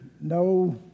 no